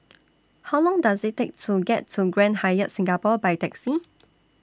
How Long Does IT Take to get to Grand Hyatt Singapore By Taxi